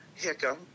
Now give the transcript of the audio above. Hickam